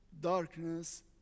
darkness